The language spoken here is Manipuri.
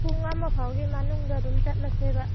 ꯄꯨꯡ ꯑꯃ ꯐꯥꯎꯒꯤ ꯃꯅꯨꯡꯗ ꯑꯗꯨꯝ ꯆꯠꯂꯁꯦꯕ